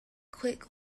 quick